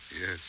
Yes